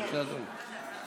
בבקשה, אדוני.